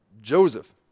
Joseph